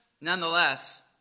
nonetheless